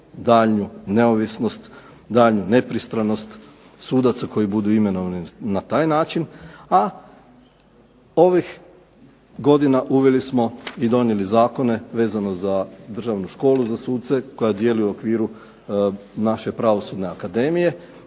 daljnju neovisnost, daljnju nepristranost sudaca koji budu imenovani na taj način, a ovih godina uveli smo i donijeli zakone vezano za Državnu školu za suce koja djeluje u okviru naše Pravosudne akademije